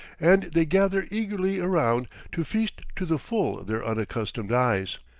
and they gather eagerly around to feast to the full their unaccustomed eyes.